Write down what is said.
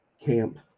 camp